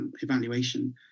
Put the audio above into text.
evaluation